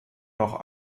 noch